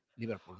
Liverpool